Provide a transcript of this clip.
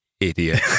idiot